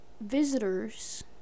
visitors